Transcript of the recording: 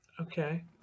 Okay